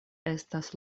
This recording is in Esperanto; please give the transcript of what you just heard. estas